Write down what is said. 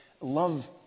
love